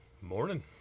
Morning